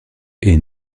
est